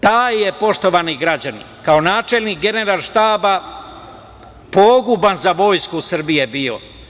Taj je, poštovani građani, kao načelnik Generalštaba poguban za Vojsku Srbije bio.